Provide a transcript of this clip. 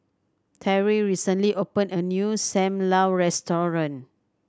Terrill recently opened a new Sam Lau restaurant